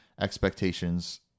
expectations